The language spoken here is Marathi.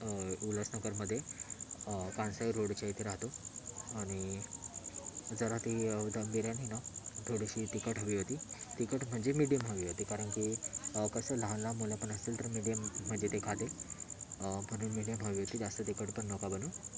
उलासनगरमध्ये कांसाइ रोडच्या इथे राहतो आणि जरा ती दम बिर्यानी नं थोडीशी तिखट हवी होती तिखट म्हणजे मीडियम हवी होती कारण की कसं लहानलहान मुलं पण असतील तर मीडियम म्हणजे ते खातील म्हणून मीडियम हवी होती जास्त तिखट पण नका बनऊ